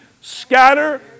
scatter